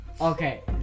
okay